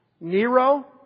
Nero